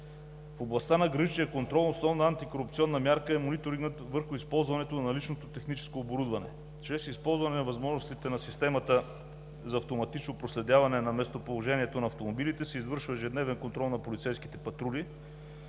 В областта на граничния контрол основна антикорупционна мярка е мониторингът върху използването на наличното техническо оборудване. Чрез използване на възможностите на Системата за автоматично проследяване на местоположението на автомобилите се извършва ежедневен контрол на полицейските патрули,